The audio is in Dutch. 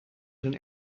zijn